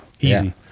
easy